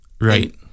Right